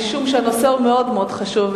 משום שהנושא הוא מאוד מאוד חשוב,